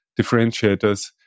differentiators